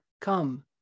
Come